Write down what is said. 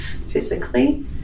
physically